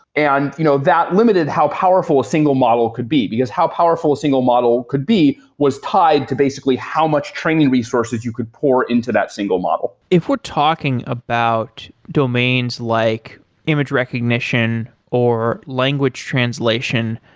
and you know that limited how powerful a single model could be, because how powerful a single model could be was tied to basically how much training resources you could pour into that single model if we're talking about domains like image recognition, or language translation,